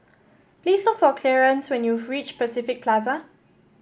please look for Clearence when you reach Pacific Plaza